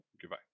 Goodbye